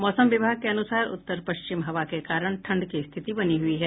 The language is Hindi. मौसम विभाग के अनुसार उत्तर पश्चिम हवा के कारण ठंड की स्थिति बनी हुई है